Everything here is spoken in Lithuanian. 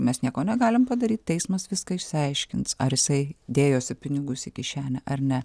mes nieko negalim padaryt teismas viską išsiaiškins ar jisai dėjosi pinigus į kišenę ar ne